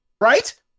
Right